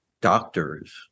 doctors